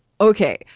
okay